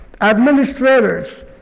administrators